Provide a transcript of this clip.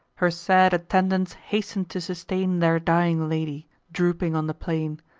her sad attendants hasten to sustain their dying lady, drooping on the plain.